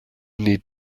need